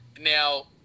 Now